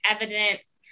evidence